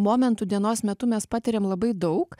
momentų dienos metu mes patiriam labai daug